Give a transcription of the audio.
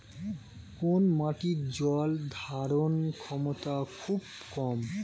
কোন মাটির জল ধারণ ক্ষমতা খুব কম?